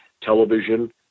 television